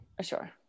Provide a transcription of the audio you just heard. Sure